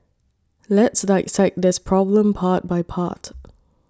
let's dissect this problem part by part